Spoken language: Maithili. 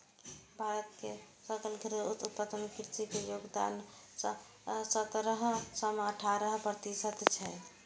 भारत के सकल घरेलू उत्पादन मे कृषि के योगदान सतरह सं अठारह प्रतिशत छै